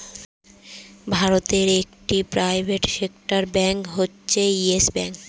ভারতে একটি private sector bank হচ্ছে ইয়েস ব্যাঙ্ক